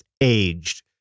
aged